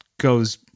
goes